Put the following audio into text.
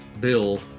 Bill